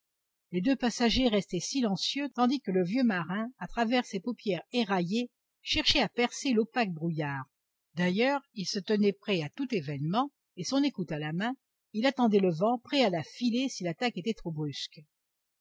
les deux passagers restaient silencieux tandis que le vieux marin à travers ses paupières éraillées cherchait à percer l'opaque brouillard d'ailleurs il se tenait prêt à tout événement et son écoute à la main il attendait le vent prêt à la filer si l'attaque était trop brusque